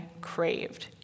craved